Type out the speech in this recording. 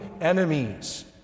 enemies